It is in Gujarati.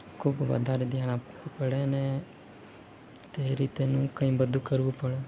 ખૂબ વધારે ધ્યાન આપવું પડે અને તે રીતેનું કંઈ બધું કરવું પડે